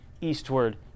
eastward